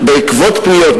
בעקבות פניות,